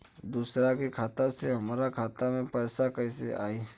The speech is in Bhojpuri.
दूसरा के खाता से हमरा खाता में पैसा कैसे आई?